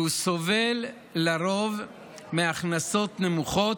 והוא סובל לרוב מהכנסות נמוכות,